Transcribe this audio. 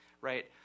right